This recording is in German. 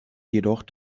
jedoch